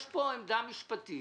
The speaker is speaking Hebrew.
יש פה עמדה משפטית,